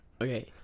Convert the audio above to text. Okay